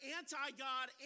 anti-God